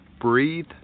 breathe